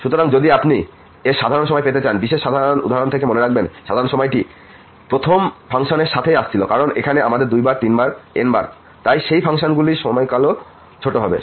সুতরাং যদি আপনি এর সাধারণ সময় পেতে চান বিশেষ সাধারণ উদাহরণ থেকে মনে রাখবেন সাধারণ সময়টি প্রথম ফাংশনের সাথেই আসছিল কারণ এখানে আমাদের দুইবার এবং তিনবার n বার তাই সেই ফাংশনগুলির সময়কাল ছোট হবে